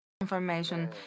information